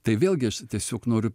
tai vėlgi aš tiesiog noriu